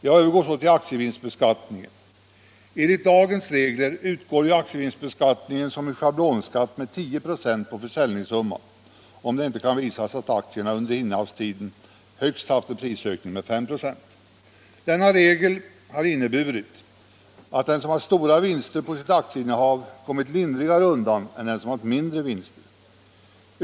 Jag övergår så till aktievinstbeskattningen. Enligt dagens regler utgår ju aktievinstbeskattningen som en schablonskatt med 10 96 på försäljningssumman, om det inte kan visas att aktierna under innehavstiden högst haft en prisökning med 5 96. Denna regel har inneburit att den som haft stora vinster på sitt aktieinnehav kommit lindrigare undan än den som haft mindre vinster.